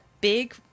big